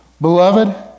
Beloved